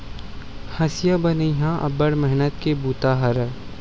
हँसिया बनई ह अब्बड़ मेहनत के बूता हरय